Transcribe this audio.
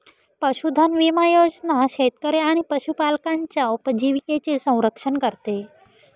पशुधन विमा योजना शेतकरी आणि पशुपालकांच्या उपजीविकेचे संरक्षण करते